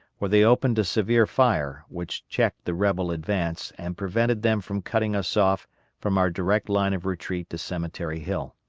where they opened a severe fire, which checked the rebel advance and prevented them from cutting us off from our direct line of retreat to cemetery hill.